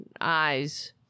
eyes